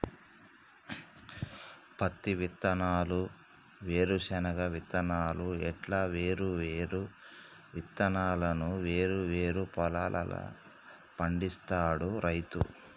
పత్తి విత్తనాలు, వేరుశన విత్తనాలు ఇట్లా వేరు వేరు విత్తనాలను వేరు వేరు పొలం ల పండిస్తాడు రైతు